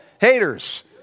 haters